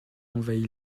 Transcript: envahi